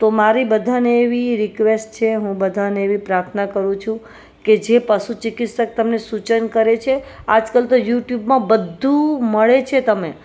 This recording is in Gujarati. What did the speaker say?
તો મારી બધાને એવી રિક્વેસ્ટ છે હું બધાને એવી પ્રાર્થના કરું છું કે જે પશુ ચિકિત્સક તમને સૂચન કરે છે આજકાલ તો યૂટ્યૂબમાં બધું મળે છે તમે